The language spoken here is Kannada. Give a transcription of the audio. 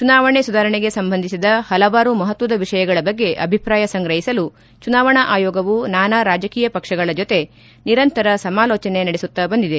ಚುನಾವಣೆ ಸುಧಾರಣೆಗೆ ಸಂಬಂಧಿಸಿದ ಹಲವಾರು ಮಹತ್ತದ ವಿಷಯಗಳ ಬಗ್ಗೆ ಅಭಿಪ್ರಾಯ ಸಂಗ್ರಹಿಸಲು ಚುನಾವಣಾ ಆಯೋಗವು ನಾನಾ ರಾಜಕೀಯ ಪಕ್ಷಗಳ ಜೊತೆ ನಿರಂತರ ಸಮಾಲೋಚನೆ ನಡೆಸುತ್ತಾ ಬಂದಿದೆ